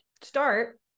start